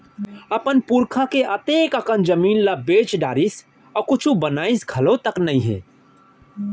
अपन पुरखा के ओतेक अकन जमीन ल बेच डारिस अउ कुछ बनइस घलोक नइ हे